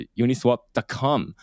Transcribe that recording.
uniswap.com